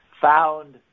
found